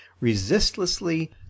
resistlessly